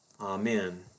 Amen